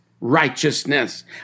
righteousness